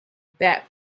that